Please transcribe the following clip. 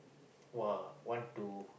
!wah! want to